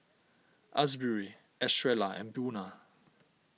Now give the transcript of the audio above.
Asbury Estrella and Buna